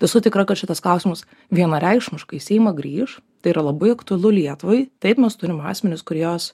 esu tikra kad šitas klausimas vienareikšmiškai į seimą grįš tai yra labai aktualu lietuvai taip mes turim asmenis kuriuos